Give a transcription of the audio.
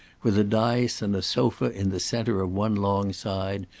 with a dais and a sofa in the centre of one long side,